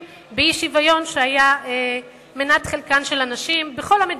באי-שוויון שהיה מנת חלקן של הנשים בכל המדינות.